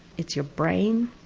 it's your brain,